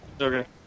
Okay